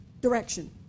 direction